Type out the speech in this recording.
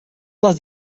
let